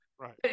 Right